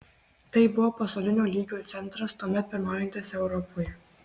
tai buvo pasaulinio lygio centras tuomet pirmaujantis europoje